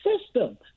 system